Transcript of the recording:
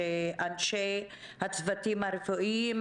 שמשקיעים אנשי הצוותים הרפואיים,